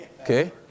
Okay